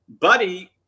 buddy